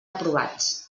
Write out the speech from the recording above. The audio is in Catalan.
aprovats